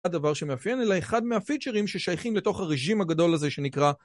הדבר שמאפיין אלא אחד מהפיצ'רים ששייכים לתוך הרג'ים הגדול הזה שנקרא